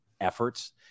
efforts